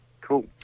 Cool